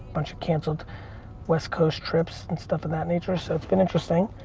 bunch of cancelled west coast trips and stuff of that nature so it's been interesting